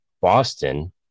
Boston